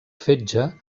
fetge